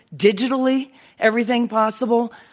digitally everything possible.